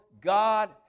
God